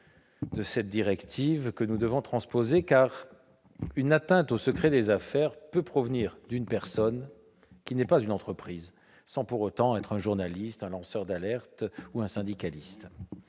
de la directive que nous devons transposer. En effet, une atteinte au secret des affaires peut émaner d'une personne qui n'est pas une entreprise sans pour autant être un journaliste, un syndicaliste ou un lanceur